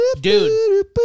Dude